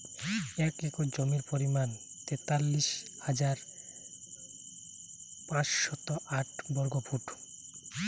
এক একর জমির পরিমাণ তেতাল্লিশ হাজার পাঁচশত ষাট বর্গফুট